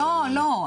לא,